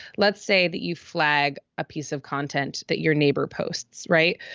let's say that you flag a piece of content that your neighbor posts. right.